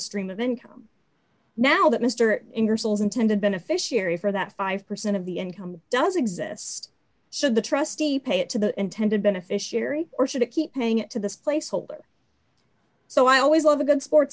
stream of income now that mr ingersoll's intended beneficiary for that five percent of the income does exist should the trustee pay it to the intended beneficiary or should it keep paying it to the place holder so i always love a good sports